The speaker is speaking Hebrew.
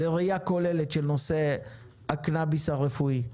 לראייה כוללת של כל נושא הקנאביס הרפואי.